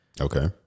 Okay